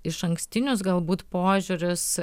išankstinius galbūt požiūrius